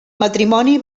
matrimoni